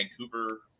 Vancouver